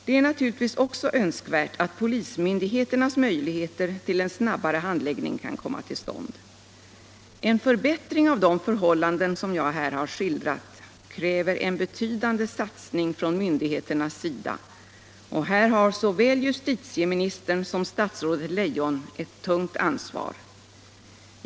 Det är självfallet också önskvärt att en snabbare handläggning hos polismyndigheterna kan komma till stånd. En förbättring av de förhållanden som jag här har skildrat kräver en betydande satsning från myndigheternas sida, och här har såväl justitieministern som statsrådet Leijon ett tungt ansvar.